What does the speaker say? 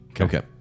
Okay